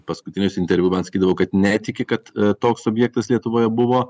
paskutinius interviu man sakydavo kad netiki kad toks objektas lietuvoje buvo